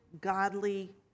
godly